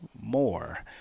more